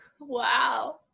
Wow